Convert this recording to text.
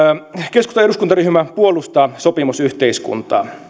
keskustan eduskuntaryhmä puolustaa sopimusyhteiskuntaa